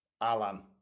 Alan